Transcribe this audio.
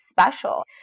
special